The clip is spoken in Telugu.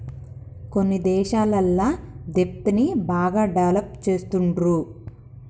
కొన్ని దేశాలల్ల దెబ్ట్ ని బాగా డెవలప్ చేస్తుండ్రు